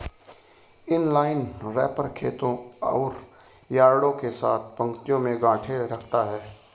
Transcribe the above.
inline wrapper खेतों और यार्डों के साथ पंक्तियों में गांठें रखता है